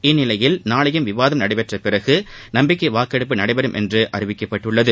இந்நிலையில் நாளையும் விவாதம் நடைபெற்ற பிறகு நம்பிக்கை வாக்கெடுப்பு நடைபெறும் என்று அறிவிக்கப்பட்டுள்ளது